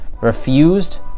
refused